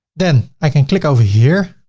then i can click over here,